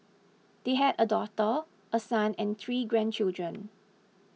they have a daughter a son and three grandchildren